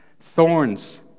Thorns